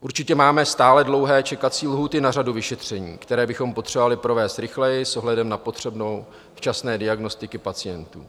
Určitě máme stále dlouhé čekací lhůty na řadu vyšetření, která bychom potřebovali provést rychleji s ohledem na potřebu včasné diagnostiky pacientů.